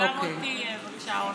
גם אותי, בבקשה.